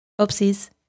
Oopsies